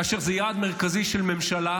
כאשר זה יעד מרכזי של הממשלה,